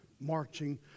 marching